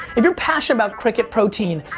if you're passionate about cricket protein,